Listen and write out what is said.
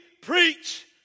preach